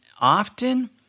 often